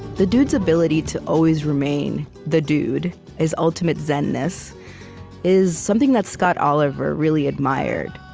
the dude's ability to always remain the dude his ultimate zen-ness is something that scott oliver really admired.